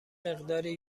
مقداری